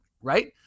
right